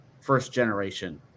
first-generation